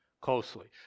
closely